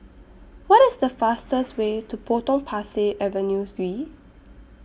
What IS The fastest Way to Potong Pasir Avenue three